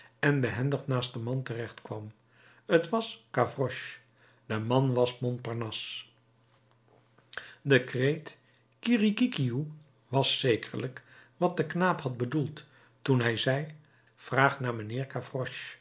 en behendig naast den man terecht kwam t was gavroche de man was montparnasse de kreet kirikikioe was zekerlijk wat de knaap had bedoeld toen hij zei vraag naar mijnheer